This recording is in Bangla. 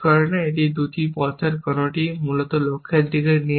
এই দুটি পথের কোনোটিই মূলত লক্ষ্যের দিকে নিয়ে যায় না